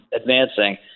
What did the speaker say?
advancing